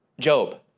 Job